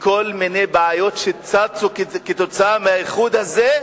לכל מיני בעיות שצצו כתוצאה מהאיחוד הזה,